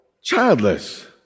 childless